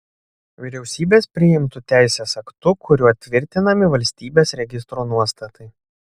vyriausybės priimtu teisės aktu kuriuo tvirtinami valstybės registro nuostatai